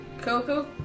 Coco